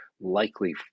likely